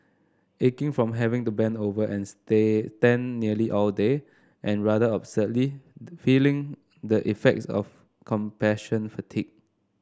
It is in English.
aching from having to bend over and stay den nearly all day and rather absurdly feeling the effects of compassion fatigue